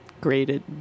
graded